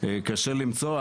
קשה למצוא.